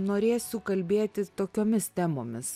norėsiu kalbėtis tokiomis temomis